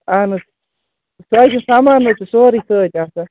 اَہَن حظ سُہ حظ سامان حظ چھُ سورُے سۭتۍ آسان